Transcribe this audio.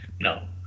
No